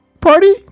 party